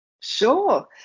sure